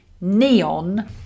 neon